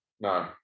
No